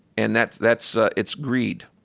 and that, that's it's greed.